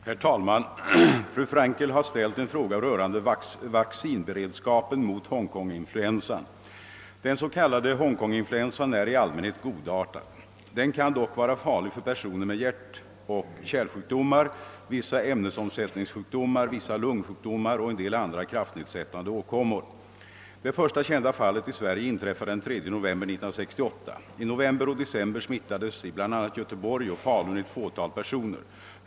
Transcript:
Herr talman! Fru Frankel har ställt en fråga rörande vaccinberedskapen mot »Hongkonginfluensan». Den s.k. Hongkonginfluensan är i allmänhet godartad. Den kan dock vara farlig för personer med hjärtoch kärlsjukdomar, vissa ämnesomsättningssjukdomar, vissa lungsjukdomar och en del andra kraftnedsättande åkommor. Det första kända fallet i Sverige inträffade den 3 november 1968. I november och december smittades i bl.a. Göteborg och Falun ett fåtal personer.